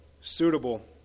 suitable